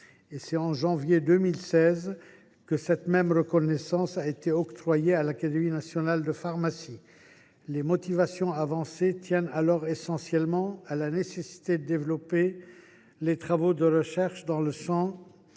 Au mois de janvier 2016, la même reconnaissance a été octroyée à l’Académie nationale de pharmacie. Les motivations avancées tiennent alors essentiellement à la nécessité de développer les travaux de recherche dans le champ